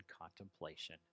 contemplation